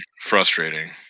frustrating